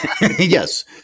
Yes